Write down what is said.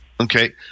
Okay